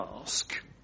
ask